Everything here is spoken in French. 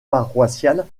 paroissiale